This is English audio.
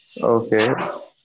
okay